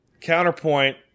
Counterpoint